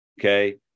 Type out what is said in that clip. Okay